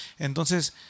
entonces